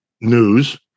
news